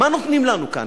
מה נותנים לנו כאן?